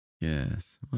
Yes